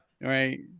right